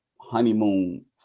honeymoon